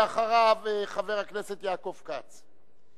ואחריו, חבר הכנסת יעקב כץ,